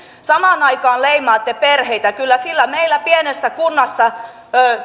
samaan aikaan leimaatte perheitä kyllä sillä meillä pienessä kunnassa